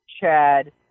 Chad